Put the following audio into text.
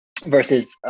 versus